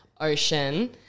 ocean